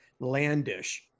landish